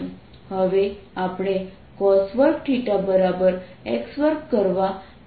હવે આપણે cos2x2 કરવા લઈએ છીએ